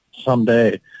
someday